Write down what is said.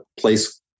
place